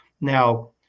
Now